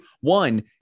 one –